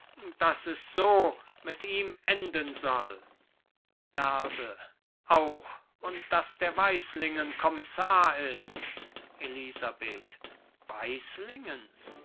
daß es so mit ihm enden soll lerse auch und daß der weislingen kommissar ist elisabeth